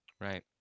Right